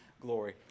glory